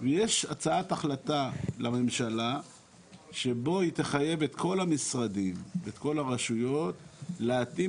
ויש הצעת החלטה לממשלה שבוא כל הרשויות להתאים